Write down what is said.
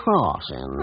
Crossing